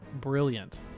Brilliant